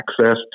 access